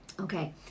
Okay